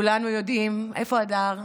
איפה הדר?